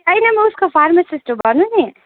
होइन म उसको फार्मासिस्ट हो भन्नु नि